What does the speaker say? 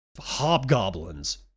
hobgoblins